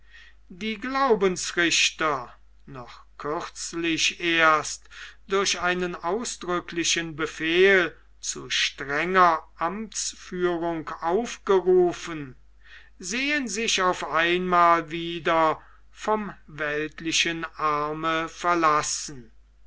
die glaubensrichter noch kürzlich erst durch einen ausdrücklichen befehl zu strenger amtsführung aufgerufen sehen sich auf einmal wieder vom weltlichen arme verlassen